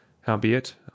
Howbeit